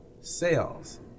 sales